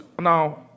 Now